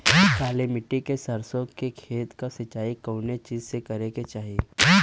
काली मिट्टी के सरसों के खेत क सिंचाई कवने चीज़से करेके चाही?